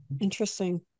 Interesting